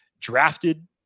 drafted